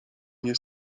nie